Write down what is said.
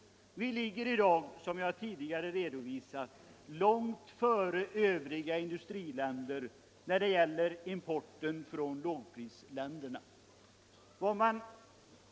Vi ligger i dag långt före övriga industriländer när det gäller importen från lågprisländerna.